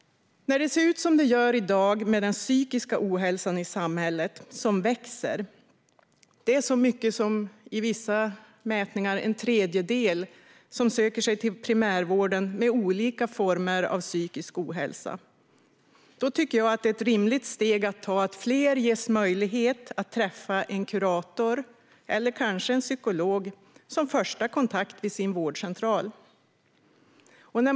Den psykiska ohälsan i samhället växer. Vissa mätningar visar att så mycket som en tredjedel av dem som söker sig till primärvården lider av olika former av psykisk ohälsa. Då vore det rimligt att fler ges möjlighet att träffa en kurator eller en psykolog som första kontakt på sin vårdcentral.